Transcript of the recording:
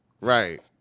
Right